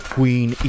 Queen